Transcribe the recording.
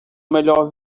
melhor